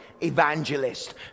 evangelist